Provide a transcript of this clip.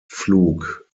pflug